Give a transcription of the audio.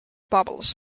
bubbles